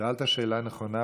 שאלת שאלה נכונה,